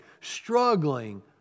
struggling